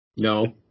No